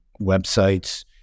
websites